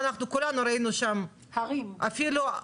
וכולנו ראינו שם --- הרים של אשפה.